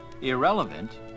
irrelevant